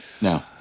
No